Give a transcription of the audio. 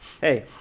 hey